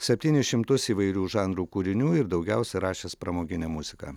septynis šimtus įvairių žanrų kūrinių ir daugiausia rašęs pramoginę muziką